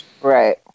Right